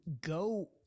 go